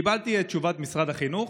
קיבלתי את תשובת משרד החינוך,